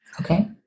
Okay